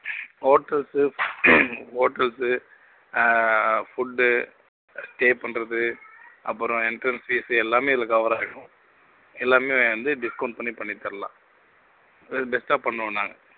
ஓட்டுறது ஓட்டுறது food stay பண்ணுறது அப்புறம் எண்ட்ரன்ஸ் ஃபீஸு எல்லாமே இதில் கவர் ஆகிடும் எல்லாமே வந்து டிஸ்கௌவுண்ட் பண்ணி பண்ணி தரலாம் வெல் பெஸ்ட்டாக பண்ணுவோம் நாங்கள்